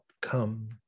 come